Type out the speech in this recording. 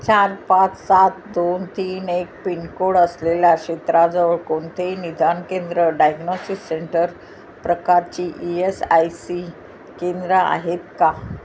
चार पाच सात दोन तीन एक पिनकोड असलेल्या क्षेत्राजवळ कोणतेही निदान केंद्र डायग्नॉसिस सेंटर प्रकारची ई एस आय सी केंद्र आहेत का